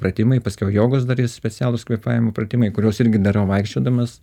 pratimai paskiau jogos dar yr specialūs kvėpavimo pratimai kuriuos irgi darau vaikščiodamas